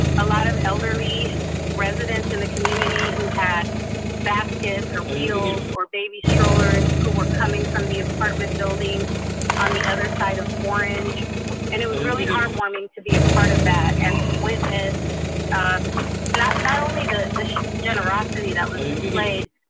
a lot of elderly residents in the community who had baskets or wheels or baby strollers who were coming from the apartment building on the other side of orange and it was really heartwarming to be a part of that and to witness not not only the generosity that was displayed,